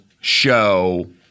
show